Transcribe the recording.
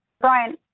Brian